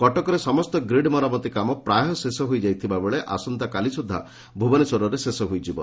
କଟକରେ ସମସ୍ତ ଗ୍ରୀଡ୍ ମରାମତିକାମ ପ୍ରାୟ ଶେଷ ହୋଇଥିବା ବେଳେ ଆସନ୍ତାକାଲି ସୁଦ୍ଧା ଭୁବନେଶ୍ୱରରେ ଶେଷ ହୋଇଯିବ